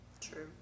True